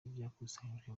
byakusanyijwe